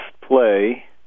play